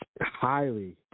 Highly